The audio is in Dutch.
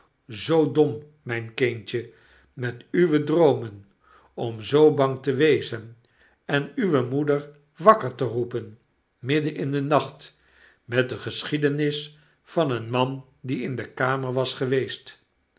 zoo dom mijn kindje met uwe droomen om zoo bang te wezen en uwe moeder wakker te roepen midden in den nacht met de geschiedenis van een man die in de kamer was geweest